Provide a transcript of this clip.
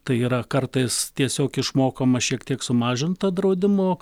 tai yra kartais tiesiog išmokama šiek tiek sumažinta draudimo